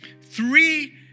three